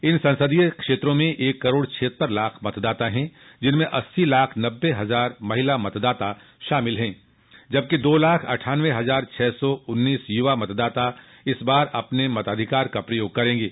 इन संसदीय क्षेत्रों में एक करोड़ छियत्तर लाख मतदाता हैं जिनमें अस्सी लाख नब्बे हजार महिला मतदाता शामिल हैं जबकि दो लाख अटठान्नबे हजार छह सौ उन्नीस यूवा मतदाता इस बार अपने मताधिकार का प्रयोग करेंगे